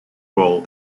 role